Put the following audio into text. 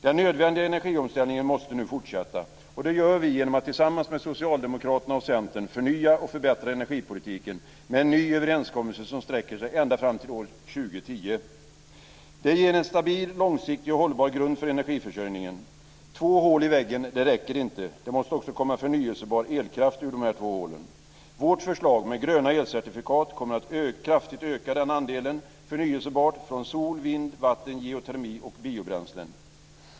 Den nödvändiga energiomställningen måste nu fortsätta. Det gör vi genom att tillsammans med Socialdemokraterna och Centern förnya och förbättra energipolitiken med en ny överenskommelse som sträcker sig ända fram till år 2010. Det ger en stabil, långsiktig och hållbar grund för energiförsörjningen. Två hål i väggen räcker inte. Det måste också komma förnyelsebar elkraft ur dessa två hål. Vårt förslag med gröna elcertifikat kommer att kraftigt öka andelen förnyelsebar el från sol, vind, vatten, geotermi och biobränslen.